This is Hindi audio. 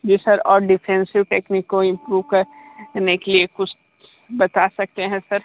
जी सर और डिफ़ेंसिव टेक्निक को इम्प्रूव करने के लिए कुछ बता सकते हैं सर